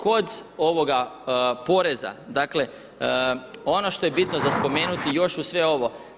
Kod ovoga poreza, dakle ono što je bitno za spomenuti još uz sve ovo.